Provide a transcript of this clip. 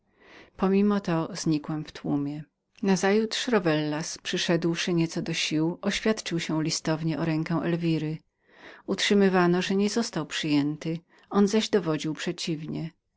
pomimo to znikłem w tłumie nazajutrz rowellas przyszedłszy nieco do sił oświadczył się o rękę elwiry utrzymywano że nie został przyjętym on zaś dowodził przeciwnie